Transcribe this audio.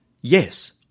Yes